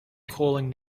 calling